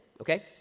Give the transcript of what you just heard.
Okay